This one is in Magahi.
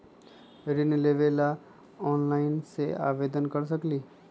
ऋण लेवे ला ऑनलाइन से आवेदन कर सकली?